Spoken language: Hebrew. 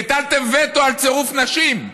הטלתם וטו על צירוף נשים,